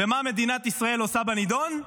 מה מדינת ישראל עושה בנדון?